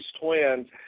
twins